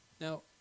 Now